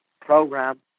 program